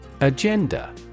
Agenda